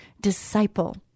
disciple